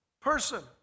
person